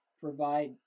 provide